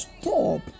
Stop